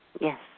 Yes